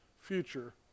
future